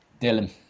Dylan